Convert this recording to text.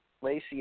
Lacey